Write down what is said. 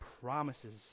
promises